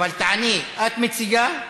אבל תעני, את מציגה?